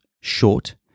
short